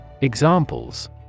examples